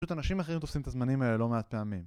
פשוט אנשים אחרים תופסים את הזמנים לא מעט פעמים